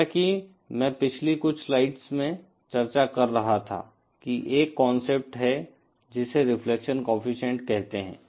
जैसा कि मैं पिछली कुछ स्लाइड्स में चर्चा कर रहा था कि एक कांसेप्ट है जिसे रिफ्लेक्शन कोएफ़िशिएंट कहते हैं